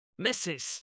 Mrs